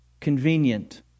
convenient